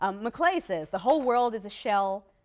um maclay says, the whole world is a shell,